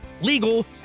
legal